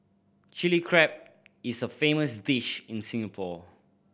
Chilli Crab is a famous dish in Singapore